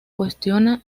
cuestiona